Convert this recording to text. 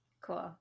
Cool